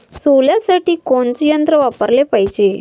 सोल्यासाठी कोनचं यंत्र वापराले पायजे?